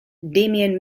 damien